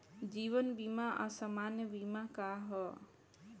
जीवन बीमा आ सामान्य बीमा का ह?